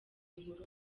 inkuru